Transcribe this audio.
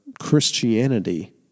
Christianity